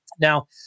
Now